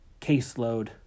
caseload